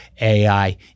AI